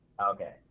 Okay